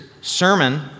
sermon